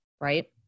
right